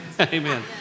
Amen